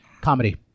Comedy